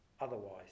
otherwise